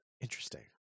interesting